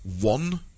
one